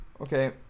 Okay